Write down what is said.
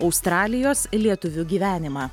australijos lietuvių gyvenimą